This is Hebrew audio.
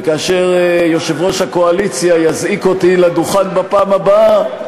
וכאשר יושב-ראש הקואליציה יזעיק אותי לדוכן בפעם הבאה,